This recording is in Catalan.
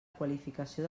qualificació